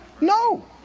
no